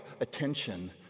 attention